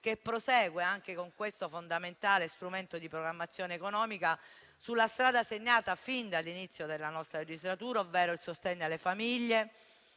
che prosegue, anche con il fondamentale strumento di programmazione economica al nostro esame, sulla strada segnata fin dall'inizio della nostra legislatura, ovvero il sostegno alle famiglie,